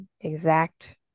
exact